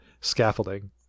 scaffolding